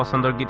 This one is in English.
and